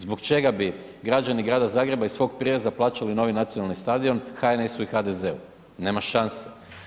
Zbog čega bi građani Grada Zagreba iz svog prireza plaćali novi nacionalni stadion HNS-u i HDZ-u, nema šanse.